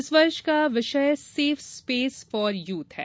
इस वर्ष का विषय सेफ स्पेस फॉर युथ है